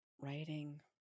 Writing